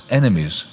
enemies